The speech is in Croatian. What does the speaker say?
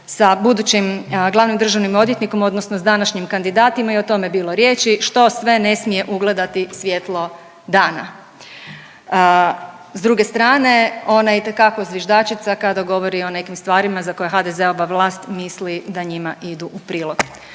sa budućim glavnim državnim odvjetnikom, odnosno sa današnjim kandidatima i o tome bilo riječi što sve ne smije ugledati svjetlo dana. S druge strane, ona je itekako zviždačica kada govori o nekim stvarima za koje HDZ-ova vlast misli da njima idu u prilog.